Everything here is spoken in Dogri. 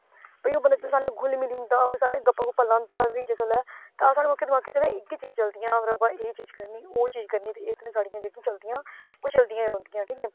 ओह् साढ़े कन्नै घुली मिली जंदा साढ़े कन्नै गप्पां शप्पां लांदा जिसले साढ़े दिमाके च इये चीज चलदियां भला एह् चीज करनी ओह् चीज करनी ते इक ना साढ़ियां जेहकी चलदियां ओह् चलदियां गै रौंहदियां ठीक ऐ